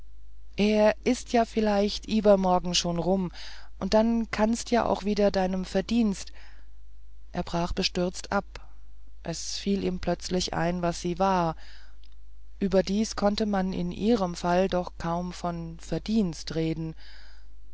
er is ja vielleicht iebermorgen schon rum und dann kannst d ja auch wieder deinem verdienst er brach bestürzt ab es fiel ihm plötzlich ein was sie war überdies konnte man in ihrem falle doch kaum von verdienst reden